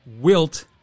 Wilt